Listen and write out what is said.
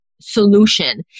solution